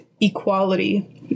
equality